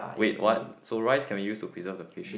wait what so rice can we use to preserve the fish